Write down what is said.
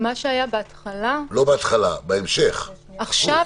מה שהיה בפועל זה --- מה שהיה בהתחלה --- אני לא מדבר על ההתחלה,